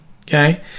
okay